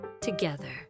together